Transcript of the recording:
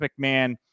McMahon